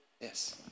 Yes